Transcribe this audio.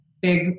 big